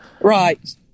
right